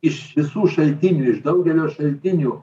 iš visų šaltinių iš daugelio šaltinių